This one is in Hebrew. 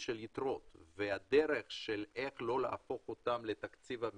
יתרות והדרך של איך לא להפוך אותם לתקציב המדינה.